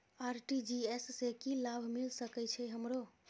RTGS से की लाभ मिल सके छे हमरो?